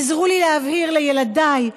עזרו לי להבהיר לילדיי,